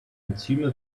enzyme